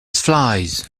flies